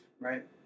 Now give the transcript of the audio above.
Right